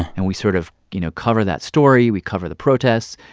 and we sort of, you know, cover that story. we cover the protests.